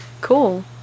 Cool